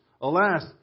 Alas